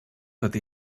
tot